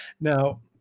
Now